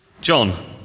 John